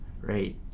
right